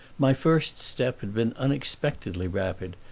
my first step had been unexpectedly rapid,